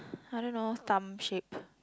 I don't know some shape